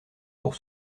pour